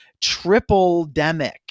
triple-demic